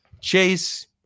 chase